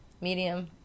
medium